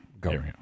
Go